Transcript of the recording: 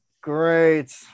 Great